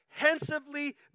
comprehensively